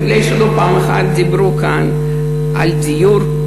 מפני שלא פעם אחת דיברו כאן על דיור,